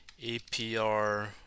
APR